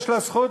יש לה זכות,